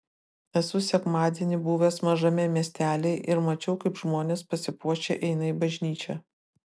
esu sekmadienį buvęs mažame miestelyje ir mačiau kaip žmonės pasipuošę eina į bažnyčią